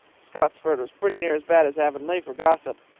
scottsford was pretty near as bad as avonlea for gossip.